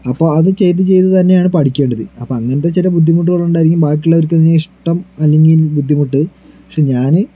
അപ്പോൾ അത് ചെയ്ത് ചെയ്ത് തന്നെയാണ് പഠിക്കേണ്ടത് അപ്പോൾ അങ്ങനത്തെ ചില ബുദ്ധിമുട്ടുകൾ കൊണ്ടായിരിക്കും ബാക്കിയുള്ളവർക്ക് അതിനെ ഇഷ്ടം അല്ലെങ്കിൽ ബുദ്ധിമുട്ട് പക്ഷെ ഞാന്